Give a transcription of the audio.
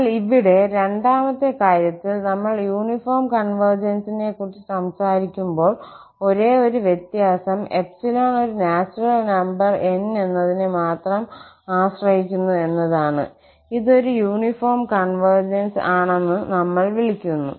എന്നാൽ ഇവിടെ രണ്ടാമത്തെ കാര്യത്തിൽ നമ്മൾ യൂണിഫോം കോൺവെർജന്സിനെക്കുറിച്ച് സംസാരിക്കുമ്പോൾ ഒരേയൊരു വ്യത്യാസം ∃ ഒരു നാച്ചുറൽ നമ്പർ 𝑁 എന്നതിനെ മാത്രം ആശ്രയിക്കുന്നു എന്നതാണ് ഇത് ഒരു യൂണിഫോം കോൺവെർജൻസ് ആണെന്ന് നമ്മൾ വിളിക്കുന്നു